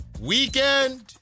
weekend